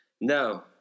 no